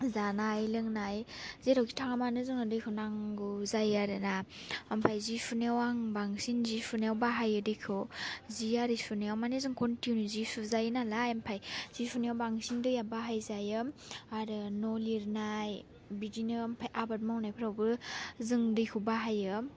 जानाय लोंनाय जेरावखि थाङा मानो जोङो दैखौ नांगौ जायो आरोना ओमफाय जि सुनायाव आं बांसिन जि सुनायाव बाहायो दैखौ जि आरि सुनायाव मानि जों खनथिनिउ जि सुजायो नालाय ओमफाय जि सुनायाव बांसिन दैआ बाहायजायो आरो न' लिरनाय बिदिनो ओमफाय आबाद मावनायफोरावबो जों दैखौ बाहायो